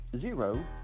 zero